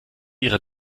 ihre